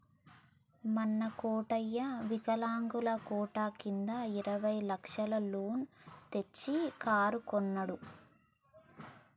మొన్న కోటయ్య వికలాంగుల కోట కింద ఇరవై లక్షల లోన్ తెచ్చి కారు కొన్నడు